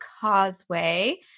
Causeway